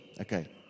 Okay